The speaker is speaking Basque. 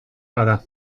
bada